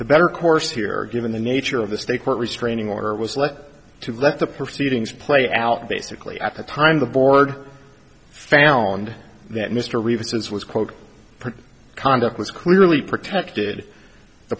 the better course here given the nature of the state court restraining order was left to let the proceedings play out basically at the time the board found that mr reeves says was quote conduct was clearly protected the